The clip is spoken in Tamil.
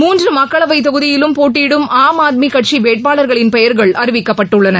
மூன்று மக்களவை தொகுதியிலும் போட்டியிடும் ஆம்ஆத்மி கட்சி வேட்பாளர்களின் பெயர்கள் அறிவிக்கப்பட்டுள்ளன